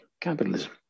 capitalism